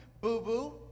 boo-boo